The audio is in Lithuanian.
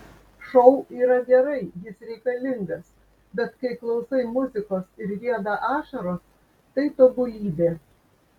šou yra gerai jis reikalingas bet kai klausai muzikos ir rieda ašaros tai tobulybė